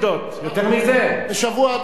בשבוע הבא תדבר על בעיות מיסיונריות.